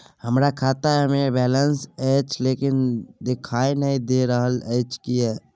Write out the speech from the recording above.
हमरा खाता में बैलेंस अएछ लेकिन देखाई नय दे रहल अएछ, किये?